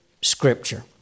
Scripture